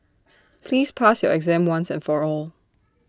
please pass your exam once and for all